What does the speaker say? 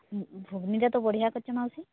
ହଁ ଘୁଗୁନିଟା ତ ବଢ଼ିଆ କରିଛ ମାଉସୀ